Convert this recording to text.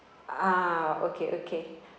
ah okay okay